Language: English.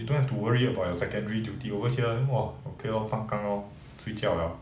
you don't have to worry about your secondary duty over here !wah! okay lor pang gang lor 睡觉了